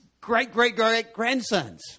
great-great-great-grandsons